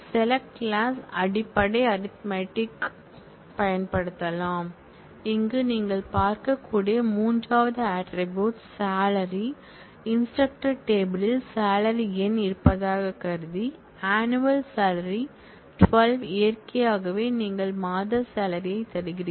select clause அடிப்படை arithmetic operation பயன்படுத்தலாம் இங்கே நீங்கள் பார்க்கக்கூடிய மூன்றாவது ஆட்ரிபூட்ஸ் சாலரி இன்ஸ்ட்ரக்டர் டேபிள் யில் சாலரி எண் இருப்பதாகக் கருதி ஆனுவல் சாலரி 12 இயற்கையாகவே நீங்கள் மாத சாலரி தருகிறீர்கள்